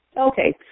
Okay